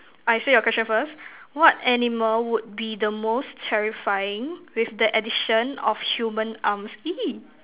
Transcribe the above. I said your question first what animal would be the most terrifying with the addition of human arms !ee!